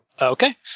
Okay